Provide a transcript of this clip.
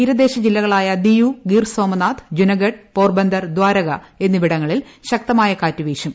തീരദേശ ജില്ലകളായ ദിയു ഗിർസോമനാഥ് ജുനഗഡ് പോർബന്തർ ദ്വാരക എന്നിവിടങ്ങളിൽ ശക്തമായ കാറ്റ് വീശും